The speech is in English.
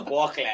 Walk